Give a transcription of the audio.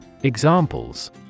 Examples